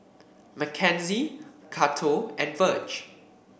Mackenzie Cato and Virge